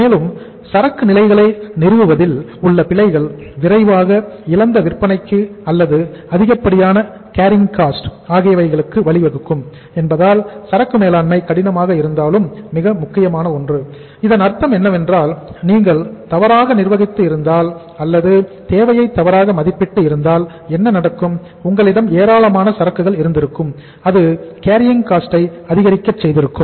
மேலும் சரக்கு நிலைகளை நிறுவுவதில் உள்ள பிழைகள் விரைவாக இழந்த விற்பனைக்கு அல்லது அதிகப்படியான கேரிங் காஸ்ட் ஐ அதிகரிக்கச் செய்திருக்கும்